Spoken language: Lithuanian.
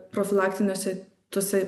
profilaktiniuose tuose